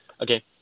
Okay